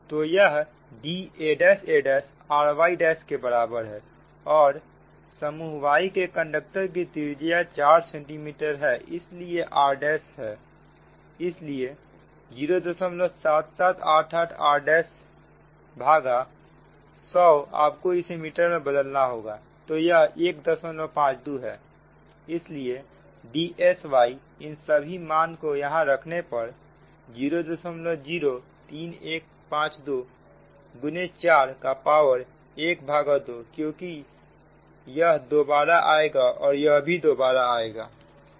तो यह Daa ryके बराबर है और समूह y के कंडक्टर की त्रिज्या 4 सेंटीमीटर है इसलिए यह r' है इसलिए 07788 r'भागा 100आपको इसे मीटर में बदलना होगा तो यह 152 है इसलिए Dsyइन सभी मान को यहां रखने पर 003152 4 का पावर ½ क्योंकि यह दोबारा आएगा और यह भी दोबारा आएगा है